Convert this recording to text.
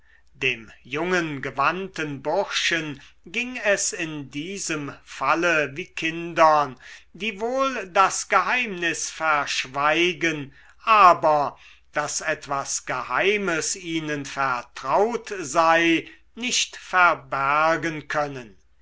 dem jungen gewandten burschen ging es in diesem falle wie kindern die wohl das geheimnis verschweigen aber daß etwas geheimes ihnen vertraut sei nicht verbergen können